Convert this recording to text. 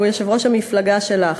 שהוא יושב-ראש המפלגה שלך: